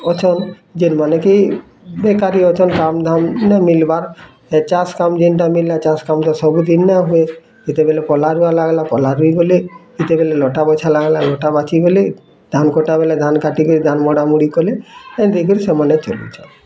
ଅଛନ୍ ଯେନ୍ମାନେ କି ବେକାରୀ ଅଛନ୍ କାମ୍ଧାମ ନାଇଁ ମିଲ୍ବାର୍ ହେ ଚାଷ କାମ୍ ଯେନ୍ତା ମିଲିଲେ ଚାଷ କାମ୍ ଯାସନ୍ ସବୁ ଦିନ ନା ହୁଏ ଯେତେବେଲେ କଲା ରୁଆ ହେଲା କଲା ରୁଇ ଗଲେ ଯେତେବେଲେ ଲଟା ବଛା ହେଲା ଲଟା ବାଛି ଗଲେ ଧାନ୍ କଟା ବେଲେ ଧାନ୍ କାଟି କରି ଧାନ୍ ମଡ଼ାମୁଡ଼ି କଲେ ଏନ୍ତି ହେଇ କରି ସେମାନେ ଚଲୁଛନ୍